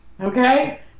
Okay